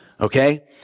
Okay